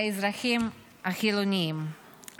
לאזרחים החילונים,